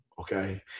Okay